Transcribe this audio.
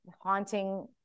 haunting